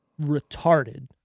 retarded